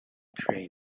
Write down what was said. train